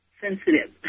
sensitive